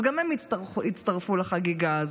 אז גם הם הצטרפו לחגיגה הזאת.